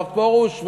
הרב פרוש,